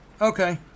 Okay